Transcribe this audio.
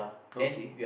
okay